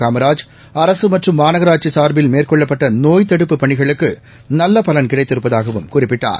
காமராஜ் அரசு மற்றும் மாநகராட்சி சார்பில் மேற்கொள்ளப்பட்ட நோய்த் தடுப்புப் பணிகளுக்கு நல்ல பலன் கிடைத்திருப்பதாகவும் குறிப்பிட்டார்